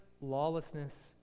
lawlessness